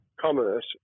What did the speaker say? commerce